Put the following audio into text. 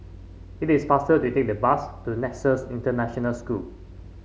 it is faster to take the bus to Nexus International School